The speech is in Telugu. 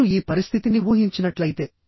మీరు ఈ పరిస్థితిని ఊహించినట్లయితే